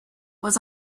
was